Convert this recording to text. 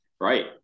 Right